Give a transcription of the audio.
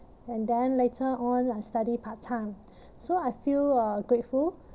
and then later on I study part-time so I feel uh grateful